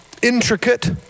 intricate